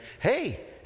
hey